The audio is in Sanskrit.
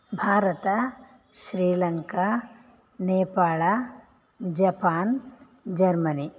भारतम् श्रीलङ्का नेपाळ जपान् जर्मनि